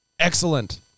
excellent